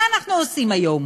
מה אנחנו עושים היום?